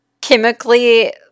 chemically